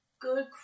Good